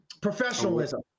professionalism